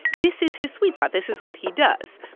this is his sweet spot. this is what he does.